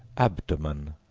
abdomen,